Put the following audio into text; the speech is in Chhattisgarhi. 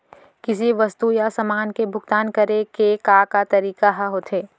किसी वस्तु या समान के भुगतान करे के का का तरीका ह होथे?